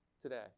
today